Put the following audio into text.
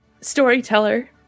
Storyteller